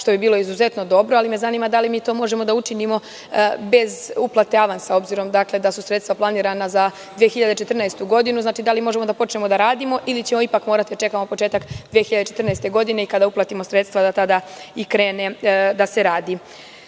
što bi bilo izuzetno dobro, ali me naravno zanima da li mi to možemo da učinimo, bez uplate avansa, dakle, da su sredstva planirana za 2014. godinu, da li možemo da počnemo da radimo ili ćemo ipak morati da čekamo početak 2014. godine kada uplatimo sredstva, da tada i krene da se